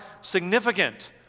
significant